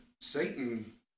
Satan